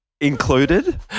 included